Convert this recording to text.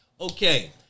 Okay